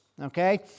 Okay